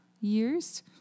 years